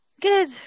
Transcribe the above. Good